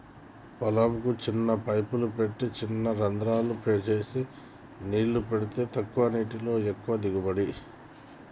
పొలం కు చిన్న పైపులు పెట్టి చిన రంద్రాలు చేసి నీళ్లు పెడితే తక్కువ నీళ్లతో ఎక్కువ దిగుబడి